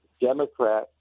Democrat